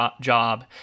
job